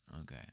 Okay